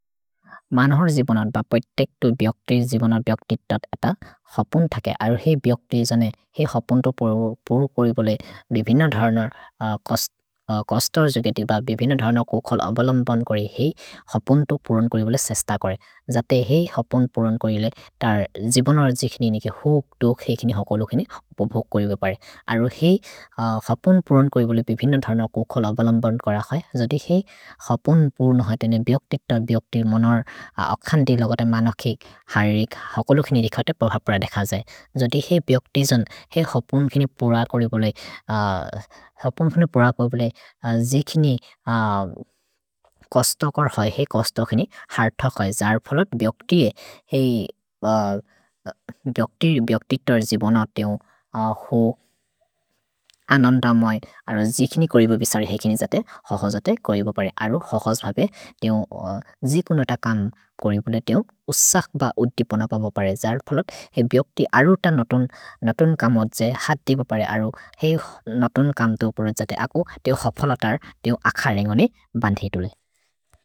मनहर् जिबनत् ब पए तेक्तु बिअक्तिर् जिबनत् बिअक्तिर् तत् अत हपुन् थके। अरो हेइ बिअक्तिर् जने हेइ हपुन्तु पुरु कोरि बोले बिभिन धर्न कस्तर् जोगेति ब बिभिन धर्न कोखल् अवलम्बन् कोरि हेइ हपुन्तु पुरन् कोरि बोले सश्त कोरि। जते हेइ हपुन् पुरन् कोरि ले तर् जिबनर् जिखिनि नेके हुक् दुख् हेकिनि हुकुलुखिनि उपभुक् कोरि बोले परे। अरो हेइ हपुन् पुरन् कोरि बोले बिभिन धर्न कोखल् अवलम्बन् कोर खोए। जते हेइ हपुन् पुरन् हते ने बिअक्तिर् तत् बिअक्तिर् मनर् अखन्ति लगत मनखि हरिक् हुकुलुखिनि रिखते पभपुर देख जते। जते हेइ बिअक्तिर् जने हेइ हपुन्तु पुर कोरि बोले जिखिनि कस्तकर् है हेइ कस्तखिनि हर्थक् है। जर् फलत् बिअक्तिर् बिअक्तित् तर् जिबनर् जिखिनि कोरिबु विसरि हेकिनि जते हक्सजते कोरिबु परे। अरो हक्सज् बपे जिकुन त कन् कोरिबोले उस्सक् ब उद्दिपन पभपु परे। जर् फलत् हेइ बिअक्तिर् अरु त नतुन् कम जते हतिबु परे। अरो हेइ नतुन् कन्तु पुर जते अकु।